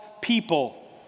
people